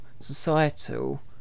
societal